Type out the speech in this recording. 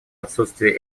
отсутствие